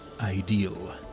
ideal